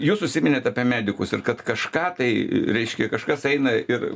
jūs užsiminėt apie medikus ir kad kažką tai reiškia kažkas eina ir